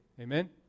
Amen